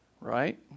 Right